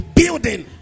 building